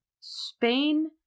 Spain